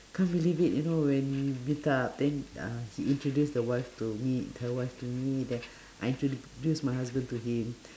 cant believe it you know when we meet up then uh he introduced the wife to me her wife to me then I introduce my husband to him